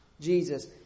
Jesus